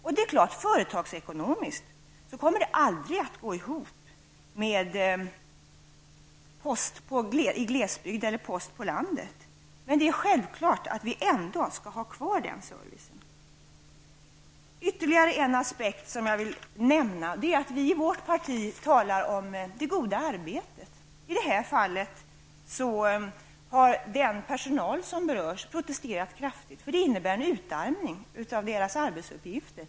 Det är klart att postbefordran i glesbygd och på landet aldrig kommer att gå ihop företagsekonomiskt. Men det är självklart att vi ändå skall ha kvar denna service. Ytteligare en aspekt som jag vill nämna är att vi i vårt parti talar om det goda arbetet. I detta fall har den personal som berörs protesterat kraftigt, eftersom detta innebär en utarmning av dessa människors arbetsuppgifter.